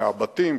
מהבתים,